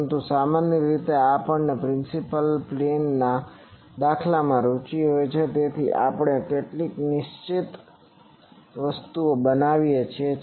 પરંતુ સામાન્ય રીતે આપણને પ્રિન્સીપલ પ્લેનના દાખલામાં રુચિ હોય છે તેથી આપણે કેટલાકને નિશ્ચિત બનાવીએ છીએ